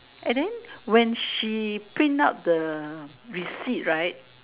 and then when she printed out the receipt right